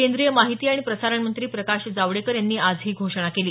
केंद्रीय माहिती आणि प्रसारण मंत्री प्रकाश जावडेकर यांनी आज ही घोषणा केली